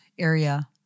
area